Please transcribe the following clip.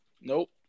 Nope